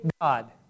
God